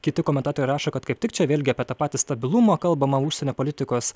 kiti komentatoriai rašo kad kaip tik čia vėlgi tą patį stabilumą kalbama užsienio politikos